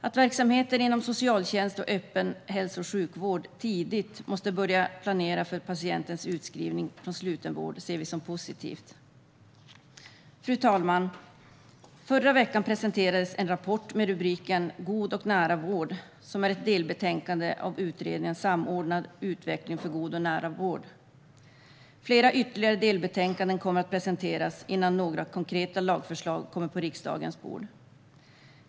Att verksamheter inom socialtjänst och öppen hälso och sjukvård tidigt måste börja planera för patientens utskrivning från sluten vård ser vi som positivt. Fru talman! Förra veckan presenterades en rapport med rubriken God och nära vård som är ett delbetänkande av utredningen Samordnad utveckling för god och nära vård. Flera ytterligare delbetänkanden kommer att presenteras innan några konkreta lagförslag kommer på riksdagens bord.